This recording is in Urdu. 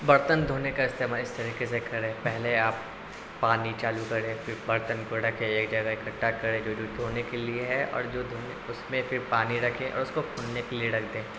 برتن دھونے کا استعمال اس طریقے سے کریں پہلے آپ پانی چالو کریں پھر برتن کو رکھیں ایک جگہ اکٹھا کریں جو جو دھونے کے لیے ہے اور جو دھونے اس میں پھر پانی رکھیں اور اس کو پھولنے کے لیے رکھ دیں